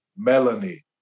Melanie